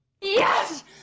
Yes